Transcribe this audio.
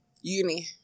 Uni